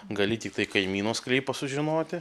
gali tiktai kaimyno sklypo sužinoti